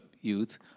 youth